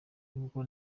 n’ubwo